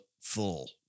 full